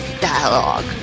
dialogue